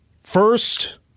First